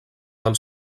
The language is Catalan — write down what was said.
del